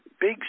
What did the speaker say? big